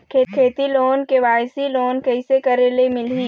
खेती loan KYC loan कइसे करे ले मिलही?